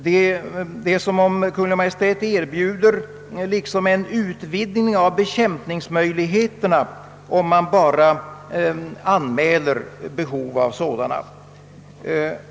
Det är som om Kungl. Maj:t erbjuder en utvidgning av bekämpningsmöjligheterna, om man bara anmäler behov av sådant.